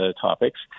topics